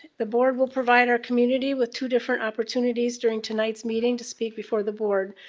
the board will provide our community with two different opportunities during tonight's meeting to speak before the board.